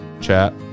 chat